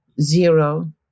zero